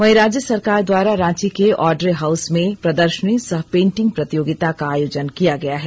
वहीं राज्य सरकार द्वारा रांची के आड्रे हाउस में प्रदर्शनी सह पेंटिंग प्रतियोगिता का आयोजन किया गया है